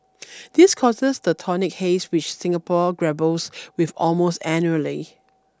this causes the tonic haze which Singapore grapples with almost annually